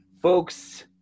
Folks